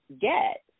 get